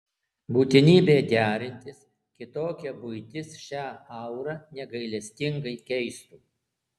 būtinybė derintis kitokia buitis šią aurą negailestingai keistų